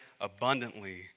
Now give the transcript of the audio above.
abundantly